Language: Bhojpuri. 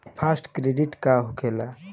फास्ट क्रेडिट का होखेला?